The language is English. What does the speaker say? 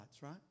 right